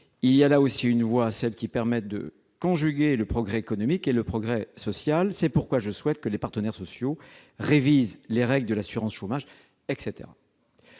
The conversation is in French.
y a, là aussi, une voie française : celle qui permet de conjuguer en même temps le progrès économique et le progrès social. C'est pourquoi je souhaite que les partenaires sociaux révisent les règles de l'assurance chômage.